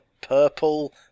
purple